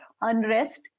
unrest